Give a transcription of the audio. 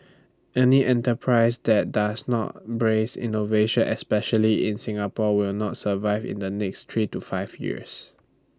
any enterprise that does not brace innovation especially in Singapore will not survive in the next three to five years